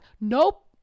Nope